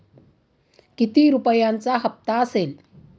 किती रुपयांचा हप्ता असेल?